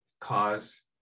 cause